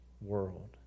world